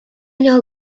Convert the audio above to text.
know